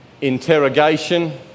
interrogation